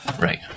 Right